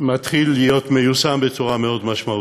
מתחל להיות מיושם בצורה מאוד משמעותית.